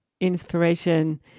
inspiration